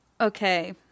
Okay